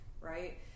right